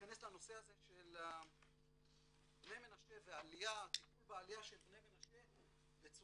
להיכנס לנושא הזה של הטיפול בעלייה של בני מנשה בצורה